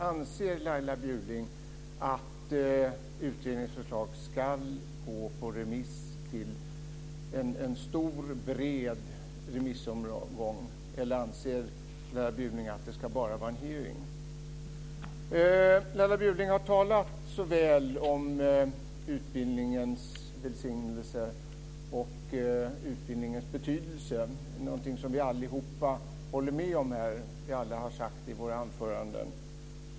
Anser Laila Bjurling att utredningens förslag ska gå ut på en stor, bred remissomgång, eller anser hon att det bara ska vara en hearing? Laila Bjurling har talat så väl om utbildningens välsignelse och betydelse - någonting som vi alla håller med om och som vi alla har sagt i våra anföranden.